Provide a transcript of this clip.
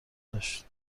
داشت